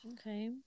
Okay